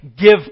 give